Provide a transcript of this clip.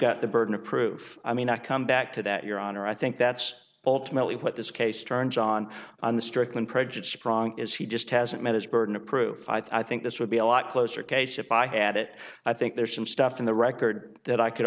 got the burden of proof i mean i come back to that your honor i think that's ultimately what this case turns on on the strickland prejudiced wrong is he just hasn't met his burden of proof i think this would be a lot closer case if i had it i think there's some stuff in the record that i could